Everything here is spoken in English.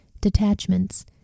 detachments